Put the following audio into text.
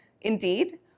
Indeed